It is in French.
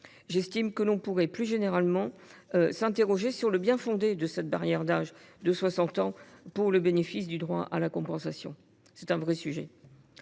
J’estime que l’on pourrait, plus généralement, s’interroger sur le bien fondé de cette barrière d’âge de 60 ans pour le bénéfice du droit à la compensation. C’est un réel